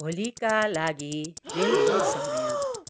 भोलिका लागि रेलको समय